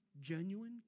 genuine